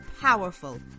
powerful